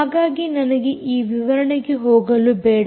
ಹಾಗಾಗಿ ನನಗೆ ಆ ವಿವರಣೆಗೆ ಹೋಗಲು ಬೇಡ